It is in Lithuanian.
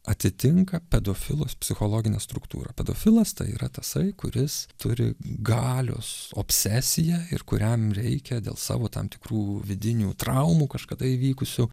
atitinka pedofilus psichologinę struktūrą pedofilas tai yra tasai kuris turi galios obsesiją ir kuriam reikia dėl savo tam tikrų vidinių traumų kažkada įvykusių